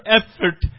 effort